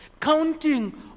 counting